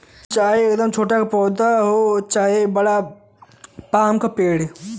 चाहे एकदम छोटा पौधा हो चाहे बड़ा पाम क पेड़